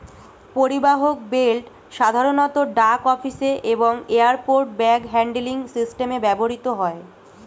পরিবাহক বেল্ট সাধারণত ডাক অফিসে এবং এয়ারপোর্ট ব্যাগ হ্যান্ডলিং সিস্টেমে ব্যবহৃত হয়